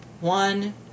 one